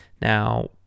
Now